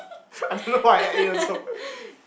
I don't know why I add in also